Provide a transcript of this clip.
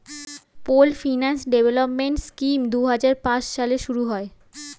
pooled finance development scheme দুই হাজার পাঁচ সালে শুরু হয়